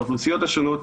לאוכלוסיות השונות,